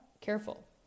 careful